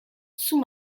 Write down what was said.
sous